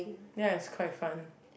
ya it's quite fun